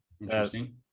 Interesting